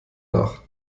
nach